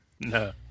No